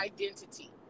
identity